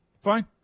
Fine